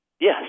yes